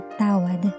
tawad